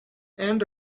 and